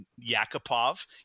Yakupov